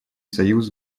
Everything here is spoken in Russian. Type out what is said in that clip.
союз